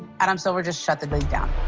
adam silver just shut the league down.